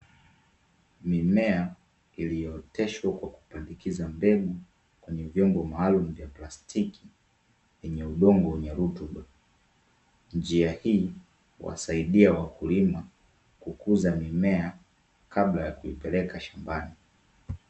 Mimea iliyooteshwa kwa kupandikiza mbegu kwenye vyombo maalumu vya plastiki vyenye udongo wenye rutuba, njia hii huwasaidia wakulima kukuza mimea kabla ya kuipeleka shambani.